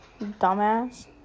dumbass